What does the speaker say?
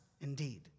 indeed